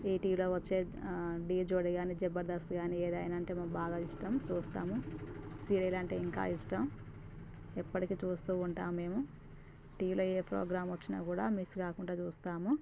ఈటీవీలో వచ్చే ఢీ జోడి గానీ జబర్దస్త్ గానీ ఏదైనా అంటే మాకు బాగా ఇష్టం బాగా చూస్తాము సీరియల్ అంటే ఇంకా ఇష్టం ఎప్పటికీ చూస్తూ ఉంటాం మేము టీవిలో ఏ ప్రోగ్రామ్ వచ్చినా కూడా మిస్ కాకుండా చూస్తాము